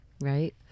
right